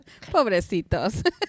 pobrecitos